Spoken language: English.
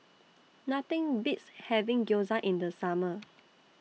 Nothing Beats having Gyoza in The Summer